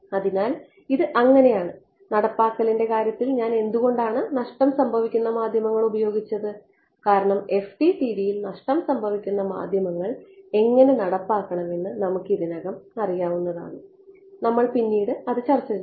അതിനാൽ ഇത് അങ്ങനെയാണ് നടപ്പാക്കലിന്റെ കാര്യത്തിൽ ഞാൻ എന്തുകൊണ്ടാണ് നഷ്ടം സംഭവിക്കുന്ന മാധ്യമങ്ങൾ ഉപയോഗിച്ചത് കാരണം FDTD യിൽ നഷ്ടം സംഭവിക്കുന്ന മാധ്യമങ്ങൾ എങ്ങനെ നടപ്പാക്കണമെന്ന് നമുക്ക് ഇതിനകം അറിയാവുന്നതാണ് നമ്മൾ പിന്നീട് അത് ചർച്ച ചെയ്യും